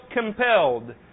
compelled